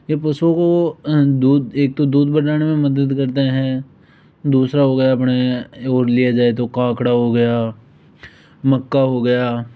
ये पशुओं को दूध एक तो दूध बनाने में मदद करते हैं दूसरा हो गया अपने और लिया जाये तो काकड़ा हो गया मक्का हो गया